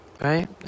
Right